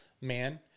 man